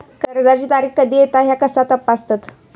कर्जाची तारीख कधी येता ह्या कसा तपासतत?